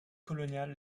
coloniale